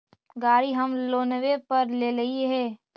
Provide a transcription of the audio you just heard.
गाड़ी हम लोनवे पर लेलिऐ हे?